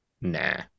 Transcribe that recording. Nah